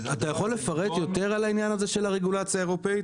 אתה יכול לפרט יותר על הרגולציה האירופאית?